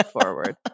forward